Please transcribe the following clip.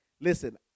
listen